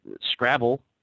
Scrabble